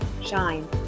Shine